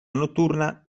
notturna